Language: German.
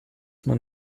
man